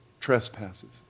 trespasses